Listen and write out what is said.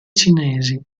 cinesi